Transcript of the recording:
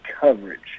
coverage